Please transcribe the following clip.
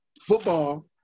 Football